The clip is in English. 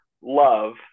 love